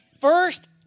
first